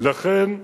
מתן,